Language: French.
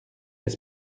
est